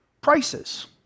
prices